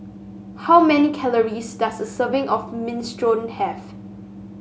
how many calories does a serving of Minestrone have